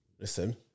Listen